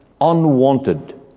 unwanted